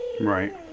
Right